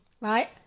Right